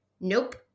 Nope